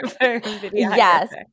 Yes